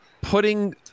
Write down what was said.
putting